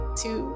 two